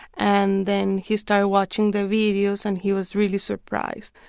and then he started watching the videos. and he was really surprised.